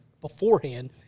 beforehand